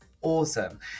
awesome